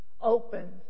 open